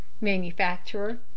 Manufacturer